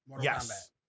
Yes